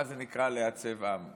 מה זה נקרא לעצב עם?